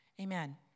Amen